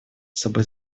собой